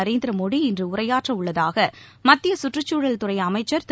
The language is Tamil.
நரேந்திரமோடி இன்றுஉரையாற்றவுள்ளதாகமத்தியகற்றுச்சூழல் துறைஅமைச்சர் திரு